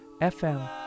FM